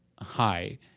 hi